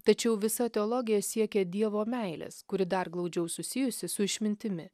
tačiau visa teologija siekia dievo meilės kuri dar glaudžiau susijusi su išmintimi